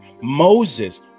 moses